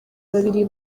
babiri